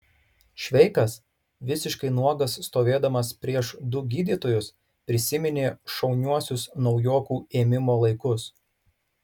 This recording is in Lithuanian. šveikas visiškai nuogas stovėdamas prieš du gydytojus prisiminė šauniuosius naujokų ėmimo laikus